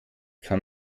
kann